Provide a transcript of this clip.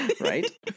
right